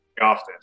often